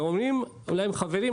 ואומרים "חברים,